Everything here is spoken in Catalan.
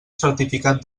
certificat